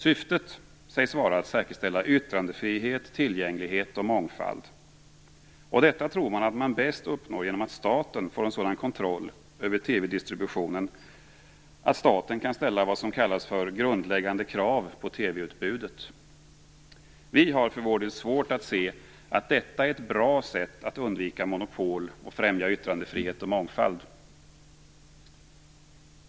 Syftet sägs vara att säkerställa yttrandefrihet, tillgänglighet och mångfald. Detta tror man att man bäst uppnår genom att staten får en sådan kontroll över TV-distributionen att staten kan ställa vad som kallas för "grundläggande krav" på TV-utbudet. Vi har för vår del svårt att se att detta är ett bra sätt att undvika monopol och främja yttrandefrihet och mångfald.